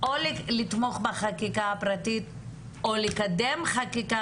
או לתמוך בחקיקה הפרטית או לקדם חקיקה